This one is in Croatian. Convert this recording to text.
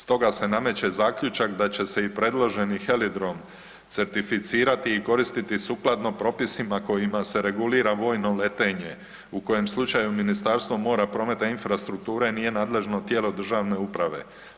Stoga se nameće zaključak da će se i predloženi heliodrom certificirati i koristiti sukladno propisima kojima se regulira vojno letenje u kojem slučaju Ministarstvo mora, prometa i infrastrukture nije nadležno tijelo državne uprave.